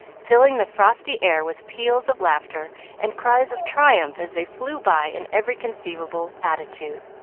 filling the frosty air with peals of laughter and cries of triumph as they flew by in every conceivable attitude